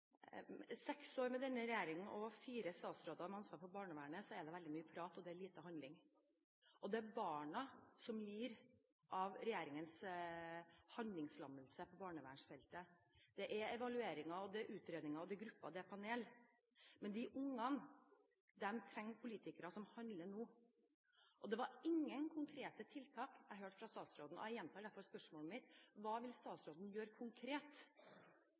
seks år med denne regjeringen og fire statsråder med ansvar for barnevernet er det mye prat og lite handling. Det er barna som lider under regjeringens handlingslammelse på barnevernsfeltet. Det er evalueringer, det er utredninger, det er grupper, og det er panel. Men de ungene trenger politikere som handler nå. Jeg hørte ingen konkrete tiltak fra statsråden. Jeg gjentar derfor spørsmålet mitt: Hva vil statsråden konkret gjøre